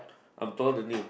I'm taller than you